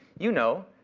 you know.